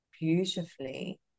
beautifully